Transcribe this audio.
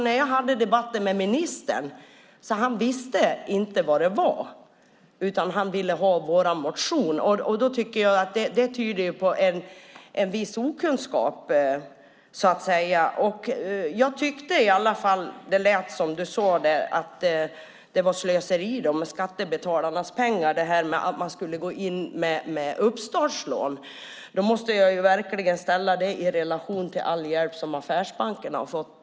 När jag förde debatt med ministern visste han inte vad det var, utan han ville ha vår motion. Det tyder ju på en viss okunskap. Jag tyckte i alla fall att det lät som om du sade att det var slöseri med skattebetalarnas pengar att gå in med uppstartslån. Det måste jag verkligen ställa i relation till all hjälp som affärsbankerna har fått.